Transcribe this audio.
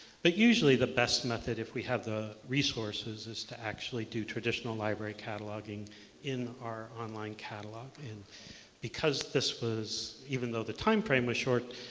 but usually the best method if we have the resources is to actually do traditional library cataloging in our online catalog. and because this was even though the timeframe was short,